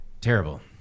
terrible